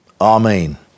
Amen